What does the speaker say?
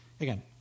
again